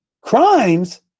Crimes